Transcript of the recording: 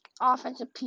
offensive